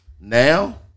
now